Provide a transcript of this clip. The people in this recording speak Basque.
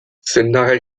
sendagai